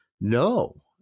no